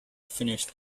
finished